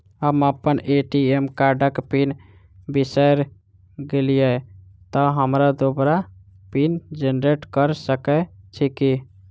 हम अप्पन ए.टी.एम कार्डक पिन बिसैर गेलियै तऽ हमरा दोबारा पिन जेनरेट कऽ सकैत छी की?